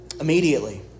Immediately